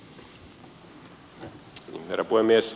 herra puhemies